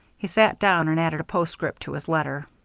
he sat down and added a postscript to his letter